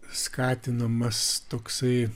skatinamas toksai